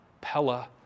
Pella